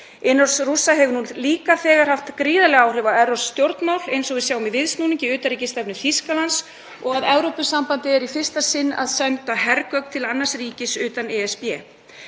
Innrás Rússa hefur líka þegar haft gríðarleg áhrif á evrópsk stjórnmál eins og við sjáum í viðsnúningi utanríkisstefnu Þýskalands og að Evrópusambandið er í fyrsta sinn að senda hergögn til annars ríkis utan ESB.